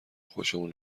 خوشمون